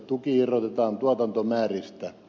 tuki irrotetaan tuotantomääristä